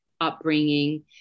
upbringing